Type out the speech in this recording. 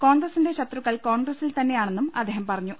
കോൺഗ്രസിന്റെ ശത്രുക്കൾ കോൺഗ്ര സിൽ തന്നെയാണെന്നും അദ്ദേഹം പറഞ്ഞു